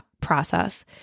process